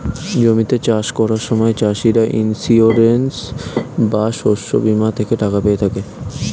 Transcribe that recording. জমিতে চাষ করার সময় চাষিরা ইন্সিওরেন্স বা শস্য বীমা থেকে টাকা পেয়ে থাকে